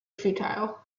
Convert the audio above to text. futile